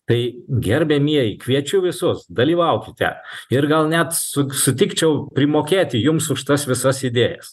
tai gerbiamieji kviečiu visus dalyvaukite ir gal net su sutikčiau primokėti jums už tas visas idėjas